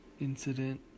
incident